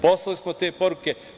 Poslali smo te poruke.